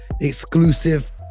Exclusive